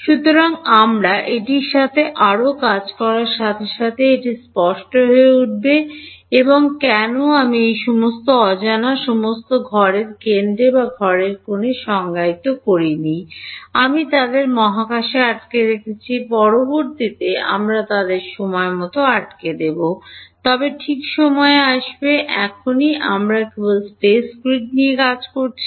সুতরাং আমরা এটির সাথে আরও কাজ করার সাথে সাথে এটি স্পষ্ট হয়ে উঠবে যে কেন আমি এই সমস্ত অজানা সমস্ত ঘরের কেন্দ্রে বা ঘরের কোণে সংজ্ঞায়িত করি নি আমি তাদের মহাকাশে আটকে রেখেছি পরবর্তীতে আমরা তাদের সময়মতো আটকে দেব তবে ঠিক সময়ে আসবে এখনই আমরা কেবল স্পেস গ্রিড নিয়ে কাজ করছি